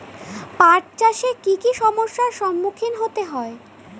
পাঠ চাষে কী কী সমস্যার সম্মুখীন হতে হয়?